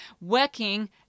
working